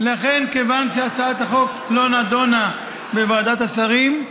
כיוון שהצעת החוק לא נדונה בוועדת השרים,